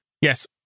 Yes